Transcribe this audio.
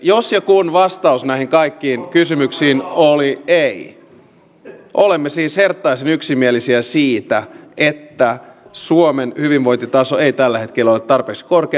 jos ja kun vastaus näihin kaikkiin kysymyksiin oli ei olemme siis herttaisen yksimielisiä siitä että suomen hyvinvointitaso ei tällä hetkellä ole tarpeeksi korkea